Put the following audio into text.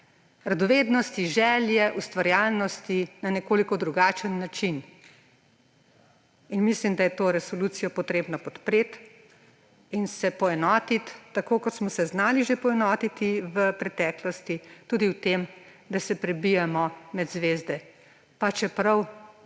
radovednosti, želje, ustvarjalnosti, na nekoliko drugačen način. Mislim, da je to resolucijo treba podpreti, se poenotiti, tako kot smo se znali že poenotiti v preteklosti, tudi v tem, da se prebijemo med zvezde, pa čeprav med